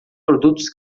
produtos